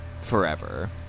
forever